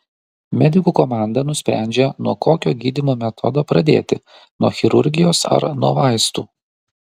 medikų komanda nusprendžia nuo kokio gydymo metodo pradėti nuo chirurgijos ar nuo vaistų